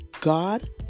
God